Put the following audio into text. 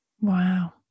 wow